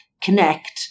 connect